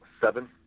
Seven